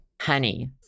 Honey